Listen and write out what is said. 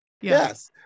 Yes